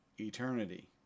Eternity